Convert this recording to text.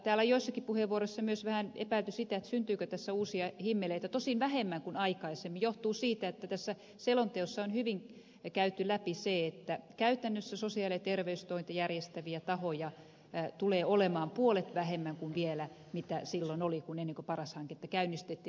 täällä joissakin puheenvuoroissa myös on vähän epäilty sitä syntyykö tässä uusia himmeleitä tosin vähemmän kuin aikaisemmin johtuen siitä että tässä selonteossa on hyvin käyty läpi se että käytännössä sosiaali ja terveystointa järjestäviä tahoja tulee olemaan puolet vähemmän kuin vielä silloin oli kun paras hanketta käynnistettiin